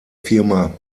firma